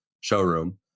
showroom